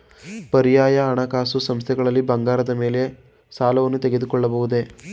ಪರ್ಯಾಯ ಹಣಕಾಸು ಸಂಸ್ಥೆಗಳಲ್ಲಿ ಬಂಗಾರದ ಮೇಲೆ ಸಾಲವನ್ನು ತೆಗೆದುಕೊಳ್ಳಬಹುದೇ?